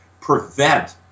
prevent